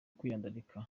kwiyandarika